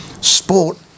Sport